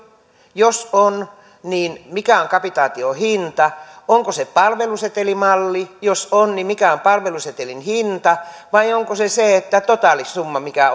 jos on niin mikä on kapitaation hinta onko se palvelusetelimalli jos on niin mikä on palvelusetelin hinta vai onko se se totaalisumma mikä